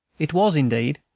it was, indeed,